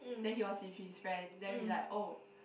then he was with his friend then we like oh